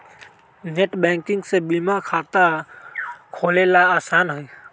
net banking से बीमा खाता खोलेला आसान हई